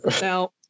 now